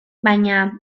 baina